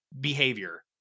behavior